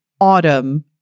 autumn